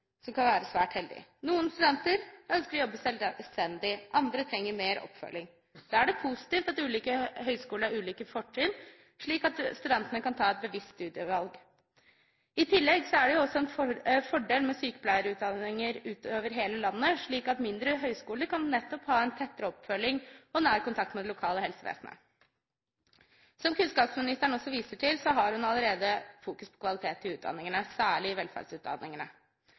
som kan være svært heldig. Noen studenter ønsker å jobbe selvstendig, andre trenger mer oppfølging. Da er det positivt at ulike høyskoler har ulike fortrinn, slik at studentene kan ta et bevisst studievalg. I tillegg er det en fordel med sykepleierutdanning utover hele landet, slik at mindre høyskoler nettopp kan ha en tettere oppfølging og nær kontakt med det lokale helsevesenet. Som kunnskapsministeren også viser til, har hun allerede fokus på kvalitet i utdanningene, særlig velferdsutdanningene, for i